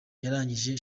yarangije